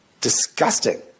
disgusting